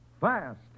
fast